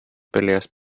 peleas